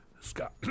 scott